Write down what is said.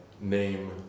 name